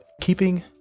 Keeping